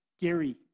Gary